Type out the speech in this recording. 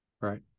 Right